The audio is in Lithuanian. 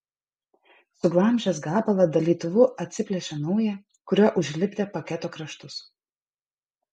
suglamžęs gabalą dalytuvu atsiplėšė naują kuriuo užlipdė paketo kraštus